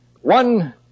One